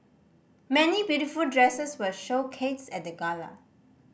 many beautiful dresses were showcased at the gala